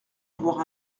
voir